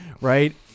Right